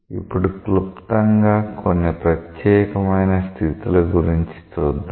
ఇప్పుడు క్లుప్తంగా కొన్ని ప్రత్యేకమైన స్థితుల గురించి చూద్దాం